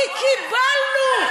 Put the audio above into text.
כי קיבלנו.